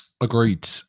Agreed